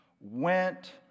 went